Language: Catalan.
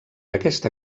aquesta